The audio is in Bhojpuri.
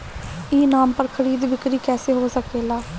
ई नाम पर खरीद बिक्री कैसे हो सकेला?